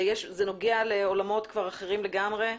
זה נוגע לעולמות אחרים לגמרי.